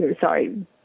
sorry